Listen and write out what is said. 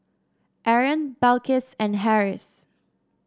Aaron Balqis and Harris